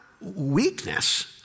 weakness